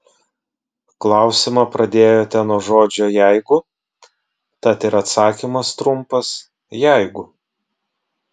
klausimą pradėjote nuo žodžio jeigu tad ir atsakymas trumpas jeigu